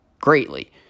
greatly